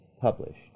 published